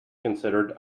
considered